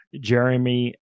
Jeremy